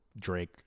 drake